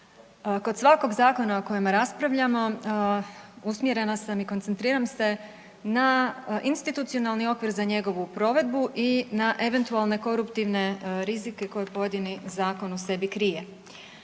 Kod svakog zakona o kojem raspravljamo usmjerena sam i koncentriram se na institucionalni okvir za njegovu provedbu i na eventualne koruptivne rizike koje pojedini zakon u sebi krije.